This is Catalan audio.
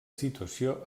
situació